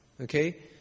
Okay